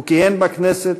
הוא כיהן בכנסת